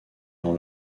dans